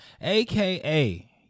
aka